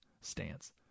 stance